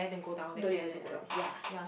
don't need don't need don't need ya